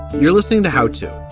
you're listening to how to.